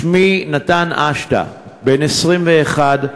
שמי נתן אשדה, בן 21,